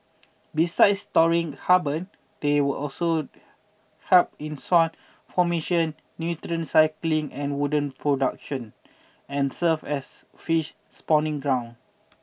besides storing carbon they were also help in soil formation nutrient cycling and wood production and serve as fish spawning grounds